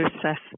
process